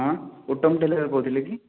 ହଁ ଉତ୍ତମ ଟେଲରରୁ କହୁଥିଲେ କି